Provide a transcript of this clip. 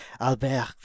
Albert